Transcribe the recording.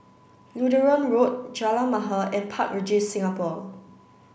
Lutheran Road Jalan Mahir and Park Regis Singapore